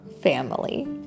family